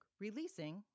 releasing